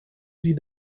sie